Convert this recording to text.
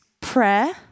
prayer